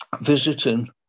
visiting